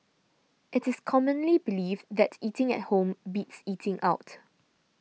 it is commonly believed that eating at home beats eating out